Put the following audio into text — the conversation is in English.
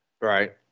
Right